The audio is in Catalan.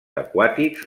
aquàtics